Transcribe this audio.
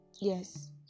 yes